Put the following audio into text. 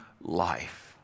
life